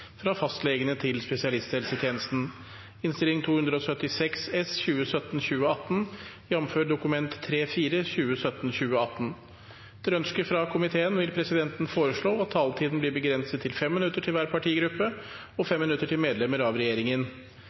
fra Helse- og omsorgsdepartementet. Flere har ikke bedt om ordet til sak nr. 5. Etter ønske fra kontroll- og konstitusjonskomiteen vil presidenten foreslå at taletiden blir begrenset til 5 minutter til hver partigruppe og 5 minutter til medlemmer av regjeringen.